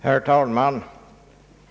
Herr talman!